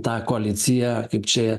tą koaliciją kaip čia